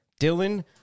dylan